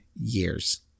years